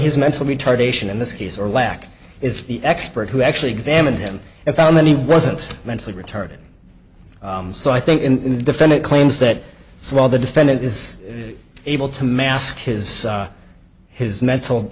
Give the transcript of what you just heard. his mental retardation in this case or lack is the expert who actually examined him and found that he wasn't mentally retarded so i think in the defendant claims that while the defendant is able to mask his his mental